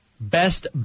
Best